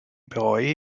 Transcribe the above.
bereue